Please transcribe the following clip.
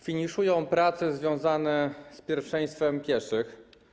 Finiszują prace związane z pierwszeństwem pieszych.